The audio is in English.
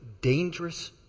dangerous